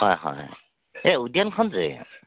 হয় হয় এই উদ্যানখন যে